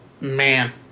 Man